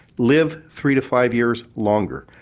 live three to five years longer,